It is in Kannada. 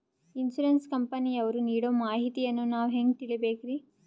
ಇನ್ಸೂರೆನ್ಸ್ ಕಂಪನಿಯವರು ನೀಡೋ ಮಾಹಿತಿಯನ್ನು ನಾವು ಹೆಂಗಾ ತಿಳಿಬೇಕ್ರಿ?